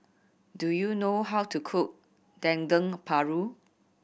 do you know how to cook Dendeng Paru